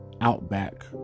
outback